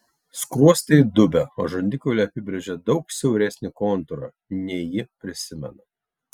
skruostai įdubę o žandikauliai apibrėžia daug siauresnį kontūrą nei ji prisimena